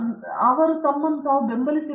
ನಿರ್ಮಲ ಅವರು ತಮ್ಮನ್ನು ತಾವು ಬೆಂಬಲಿಸಿಕೊಳ್ಳಬಹುದು